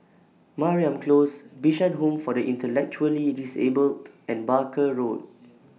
Mariam Close Bishan Home For The Intellectually Disabled and Barker Road